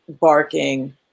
barking